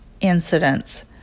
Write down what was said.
incidents